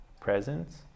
presence